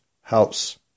house